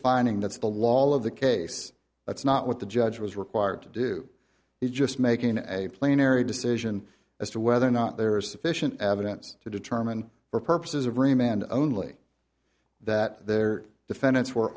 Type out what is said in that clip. finding that's the law all of the case that's not what the judge was required to do is just making a plain airy decision as to whether or not there is sufficient evidence to determine for purposes of raymond only that there defendants were